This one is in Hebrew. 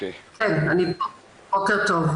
בוקר טוב.